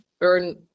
earn